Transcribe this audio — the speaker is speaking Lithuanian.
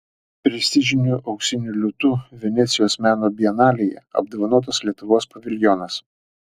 prestižiniu auksiniu liūtu venecijos meno bienalėje apdovanotas lietuvos paviljonas